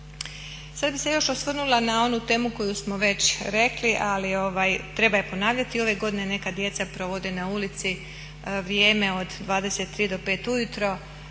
Sad bih se još osvrnula na onu temu koju smo već rekli, ali treba je ponavljati. Ove godine neka djeca je provode na ulici vrijeme od 23 do 5 ujutro